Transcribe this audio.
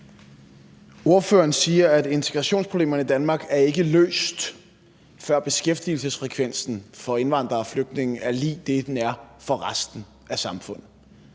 Ordføreren siger, at integrationsproblemerne i Danmark ikke er løst, før beskæftigelsesfrekvensen for indvandrere og flygtninge er lig det, som den er for resten af samfundet.